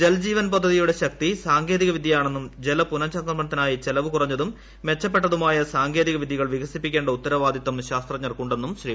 ജൽ ജീവൻ പദ്ധതിയുടെ ശക്തി സാങ്കേതിക വിദ്യയാണെന്നും ജല പുനഃചംക്രമണത്തിനായി ചെലവു കുറഞ്ഞതും മെച്ചപ്പെട്ടതുമായ സാങ്കേതികവിദ്യകൾ വികസിപ്പിക്കേണ്ട ഉത്തരവാദിത്തം ശാസ്ത്രജ്ഞർക്കുണ്ടെന്നും ശ്രീ